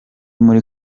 muri